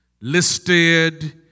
listed